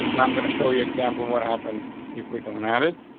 and i'm gonna show you example what happens if we don't add it,